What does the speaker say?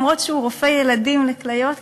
למרות שהוא רופא ילדים לכליות,